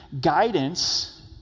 guidance